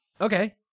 Okay